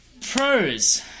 Pros